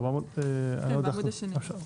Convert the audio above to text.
בסעיף 2(2)(א)(1)?